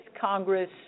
Congress